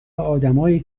آدمایی